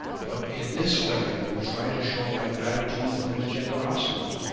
but in this way i will try to show my gratitude for his gener osity.